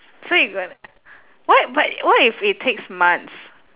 so you gotta what but what if it takes months